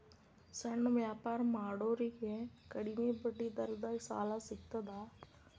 ಸಣ್ಣ ವ್ಯಾಪಾರ ಮಾಡೋರಿಗೆ ಕಡಿಮಿ ಬಡ್ಡಿ ದರದಾಗ್ ಸಾಲಾ ಸಿಗ್ತದಾ?